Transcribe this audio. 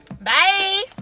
Bye